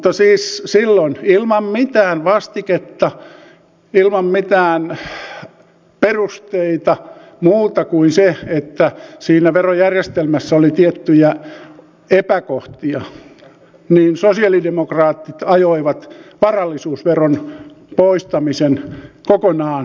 mutta siis silloin ilman mitään vastiketta ilman mitään perusteita muuta kuin se että siinä verojärjestelmässä oli tiettyjä epäkohtia sosialidemokraatit ajoivat varallisuusveron poistamisen kokonaan ja kerralla